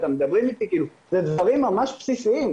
אלה דברים ממש בסיסיים,